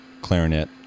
clarinet